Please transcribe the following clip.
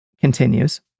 continues